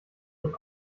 und